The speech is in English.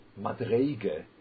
madreige